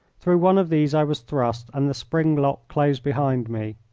through one of these i was thrust and the spring lock closed behind me.